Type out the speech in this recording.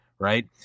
right